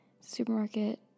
Supermarket